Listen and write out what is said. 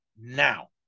now